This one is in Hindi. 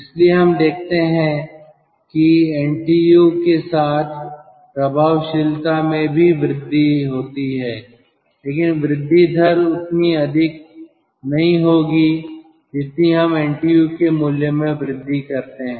इसलिए हम देखते हैं कि एनटीयू के साथ प्रभावशीलता में भी वृद्धि होती है लेकिन वृद्धि की दर उतनी अधिक नहीं होगी जितनी हम एनटीयू के मूल्य में वृद्धि करते हैं